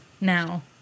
now